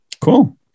Cool